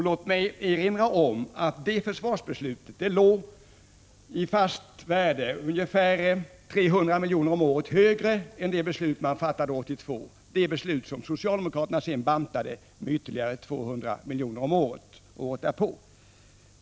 Låt mig erinra om att det försvarsbeslutet låg i fast värde ungefär 300 milj.kr. om året högre än det beslut som fattades 1982, det beslut som socialdemokraterna året därpå bantade med ytterligare 200 milj.kr. om året.